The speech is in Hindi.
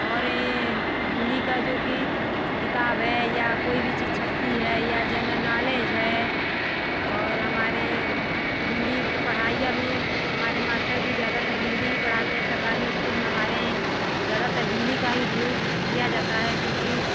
और ये हिंदी का जो कि किताब है या कोई भी चीज छपती है या जनल नॉलेज और हमारे हिंदी की पढ़ाई अभी हमारे मास्टर भी ज़्यादातर हिंदी ही पढ़ाते हैं सरकारी इस्कूल में हमारे ज़्यादातर हिंदी का ही उपयोग किया जाता है क्योंकि